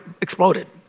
exploded